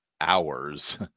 hours